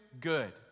good